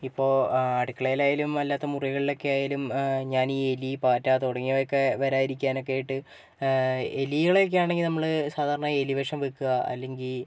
ഇപ്പോൾ അടുക്കളയിലായാലും അല്ലാത്ത മുറികളിലൊക്കെ ആയാലും ഞാൻ ഈ എലി പാറ്റ തുടങ്ങിയവയൊക്കെ വരാതിരിക്കാനൊക്കെ ആയിട്ട് എലികളെ ഒക്കെ ആണെങ്കിൽ നമ്മൾ സാധാരണ എലിവിഷം വയ്ക്കുക അല്ലെങ്കിൽ